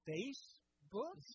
Facebook